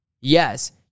Yes